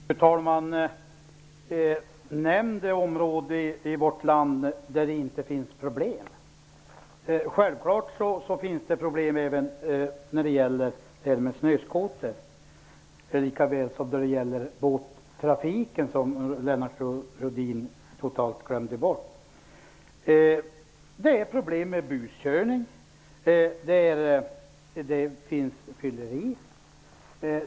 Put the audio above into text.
Fru talman! Nämn det område i vårt land där det inte finns problem! Självfallet finns det problem även när det gäller snöskotrar, lika väl som när det gäller båttrafiken, som Lennart Rohdin totalt glömde bort. Det är problem med buskörning. Det finns fylleri.